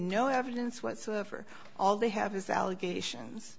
no evidence whatsoever all they have his allegations